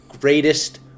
greatest